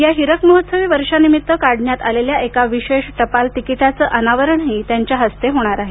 या हिरक महोत्सवी वर्षानिमित्त काढण्यात आलेल्या एका विशेष टपाल तिकीटाचं अनावरणही त्यांच्या हस्ते होणार आहे